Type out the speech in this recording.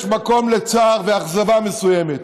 יש מקום לצער ולאכזבה מסוימת.